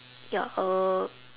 ya uh